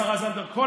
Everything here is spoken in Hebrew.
השרה זנדברג,